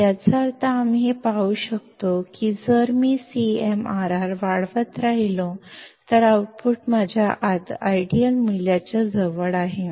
ಇದರರ್ಥ ನಾನು CMRR ಅನ್ನು ಹೆಚ್ಚಿಸುತ್ತಿದ್ದರೆ ಔಟ್ಪುಟ್ ನನ್ನ ಆದರ್ಶ ಮೌಲ್ಯಕ್ಕೆ ಹತ್ತಿರದಲ್ಲಿದೆ ಎಂದು ನಾವು ನೋಡಬಹುದು